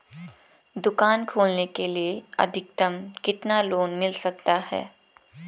दुकान खोलने के लिए अधिकतम कितना लोन मिल सकता है?